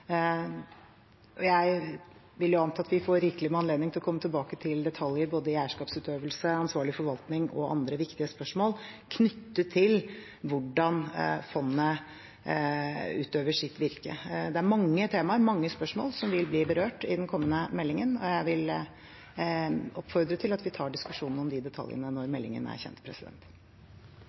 Jeg vil anta at vi får rikelig med anledning til å komme tilbake til detaljer i både eierskapsutøvelse, ansvarlig forvaltning og andre viktige spørsmål knyttet til hvordan fondet utøver sitt virke. Det er mange temaer og mange spørsmål som vil bli berørt i den kommende meldingen, og jeg vil oppfordre til at vi tar diskusjonen om de detaljene når meldingen er kjent.